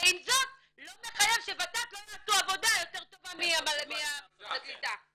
ועם זאת לא מחייב שות"ת לא יעשו עבודה יותר טובה ממשרד הקליטה.